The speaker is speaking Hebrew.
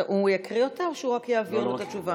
הוא יקריא אותה או שהוא רק יעביר את התשובה?